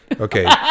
Okay